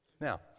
Now